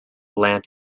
land